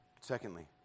Secondly